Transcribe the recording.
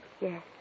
Yes